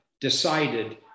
decided